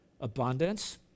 abundance